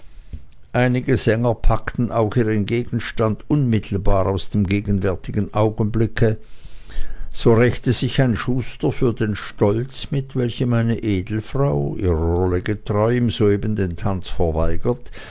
einige singer packten auch ihren gegenstand unmittelbar aus dem gegenwärtigen augenblicke so rächte sich ein schuster für den stolz mit welchem eine edelfrau ihrer rolle getreu ihm soeben den tanz verweigert